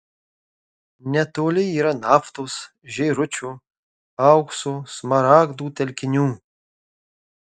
netoli yra naftos žėručio aukso smaragdų telkinių